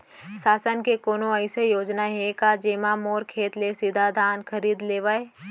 शासन के कोनो अइसे योजना हे का, जेमा मोर खेत ले सीधा धान खरीद लेवय?